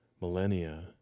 millennia